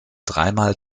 dreimal